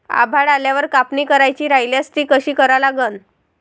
आभाळ आल्यावर कापनी करायची राह्यल्यास ती कशी करा लागन?